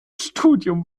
studium